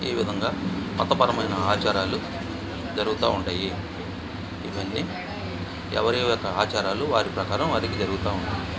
ఈ విధంగా మతపరమైన ఆచారాలు జరుగుతు ఉంటాయి ఇవన్నీ ఎవరి యొక్క ఆచారాలు వారి ప్రకారం వారికి జరుగుతు ఉంటుంది